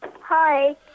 Hi